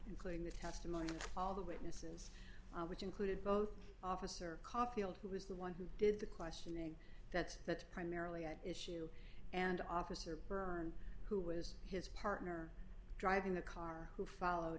including the testimony of the witnesses which included both officer coffield who was the one who did the questioning that's that primarily at issue and officer byrne who was his partner driving the car who followed